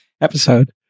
episode